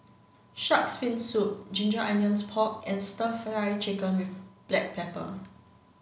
shark's fin soup ginger onions pork and stir fry chicken with black pepper